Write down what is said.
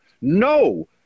No